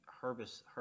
harvest